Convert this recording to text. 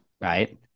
right